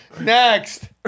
next